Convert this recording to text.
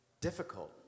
difficult